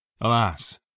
Alas